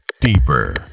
Deeper